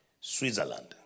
Switzerland